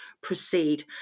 proceed